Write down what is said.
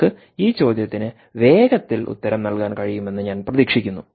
നിങ്ങൾക്ക് ഈ ചോദ്യത്തിന് വേഗത്തിൽ ഉത്തരം നൽകാൻ കഴിയുമെന്ന് ഞാൻ പ്രതീക്ഷിക്കുന്നു